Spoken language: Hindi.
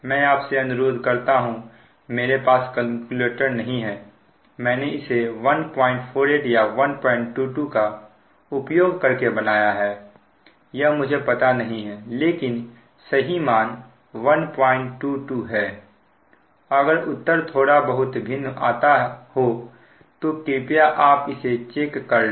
मैं आपसे अनुरोध करता हूं मेरे पास केलकुलेटर नहीं मैंने इसे 148 या 122 का उपयोग करके बनाया है यह मुझे पता नहीं है लेकिन सही मान 122 है अगर उत्तर थोड़ा बहुत भिन्न आता हो तो कृपया आप इसे चेक कर ले